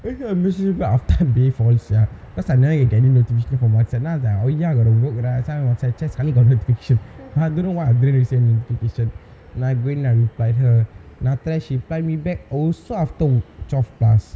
I think I messaged her right after be false ya cause I never get any notifications from WhatsApp then I was like oh ya got the work lah then I just suddenly got the notification I don't know why I didn't receive notification then I go in replied her then after that she replied me back also after twelve plus